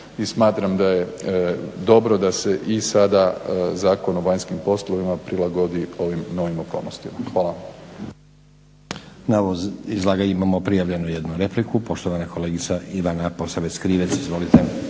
smatram da je dobro da se i sada Zakon o vanjskim poslovima prilagodi ovim novim okolnostima. Hvala.